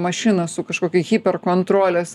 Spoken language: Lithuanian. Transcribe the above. mašiną su kažkokia hiper kontrolės